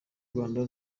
rwanda